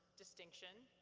distinction,